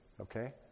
okay